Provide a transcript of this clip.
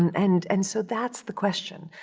and and, and so that's the question.